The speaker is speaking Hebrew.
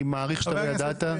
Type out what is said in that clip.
אני מעריך שלא ידעת?